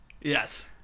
Yes